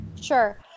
Sure